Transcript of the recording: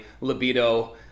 libido